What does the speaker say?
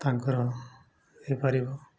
ତାଙ୍କର ହୋଇପାରିବ